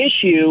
issue